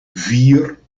vier